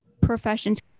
professions